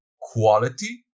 quality